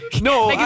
No